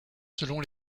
selon